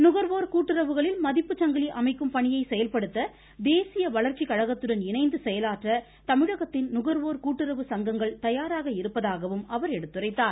நுகர்வோர் கூட்டுறவுகளில் மதிப்புச்சங்கிலி அமைக்கும் பணியை செயல்படுத்த தேசிய வளர்ச்சி கழகத்துடன் இணைந்து செயலாற்ற தமிழகத்தின் நுகர்வோர் கூட்டுறவு சங்கங்கள் தயாராக இருப்பதாகவும் அவர் எடுத்துரைத்தார்